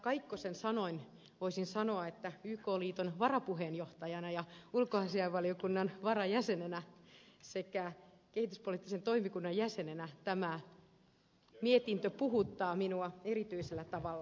kaikkosen sanoin voisin sanoa että yk liiton varapuheenjohtajana ja ulkoasiainvaliokunnan varajäsenenä sekä kehityspoliittisen toimikunnan jäsenenä tämä mietintö puhuttaa minua erityisellä tavalla